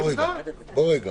הוא לא לוקח